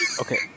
Okay